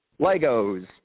Legos